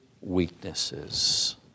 weaknesses